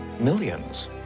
millions